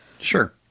Sure